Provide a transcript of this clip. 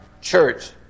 church